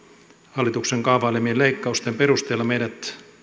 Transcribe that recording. hallituksen kaavailemien leikkausten perusteella meidät